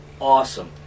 awesome